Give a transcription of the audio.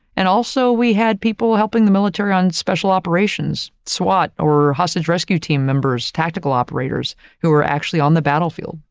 and also, we had people helping the military on special operations, swat or hostage rescue team members, tactical operators, who are actually on the battlefield.